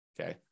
okay